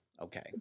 okay